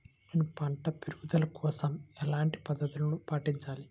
నేను పంట పెరుగుదల కోసం ఎలాంటి పద్దతులను పాటించాలి?